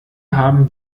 haben